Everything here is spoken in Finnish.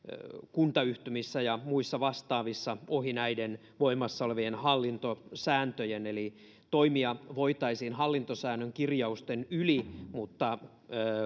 kuntayhtymissä ja muissa vastaavissa ohi näiden voimassa olevien hallintosääntöjen eli toimia voitaisiin hallintosäännön kirjausten yli mutta